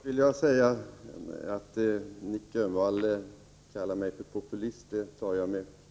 Fru talman! Att Nic Grönvall kallar mig för populist tar jag med knusende ro.